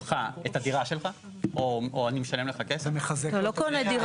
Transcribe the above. אני קונה ממך את הדירה שלך --- אתה לא קונה דירה.